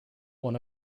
won